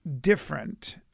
different